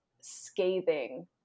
scathing